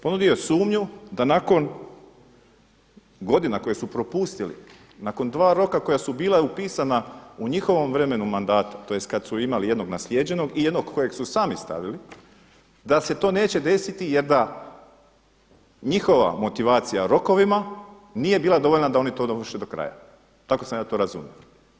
Ponudio je sumnju da nakon godina koje su propustili, nakon dva roka koja su bila upisana u njihovom vremenu u mandatu tj. kad su imali jednog naslijeđenog i jednog kojeg su sami stavili, da se to neće desiti jer da njihova motivacija o rokovima nije bila dovoljna da oni to dovrše do kraja, tako sam ja to razumio.